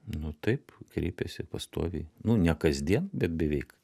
nu taip kreipiasi pastoviai nu ne kasdien bet beveik